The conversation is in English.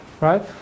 right